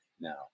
now